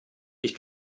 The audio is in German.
ich